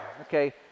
okay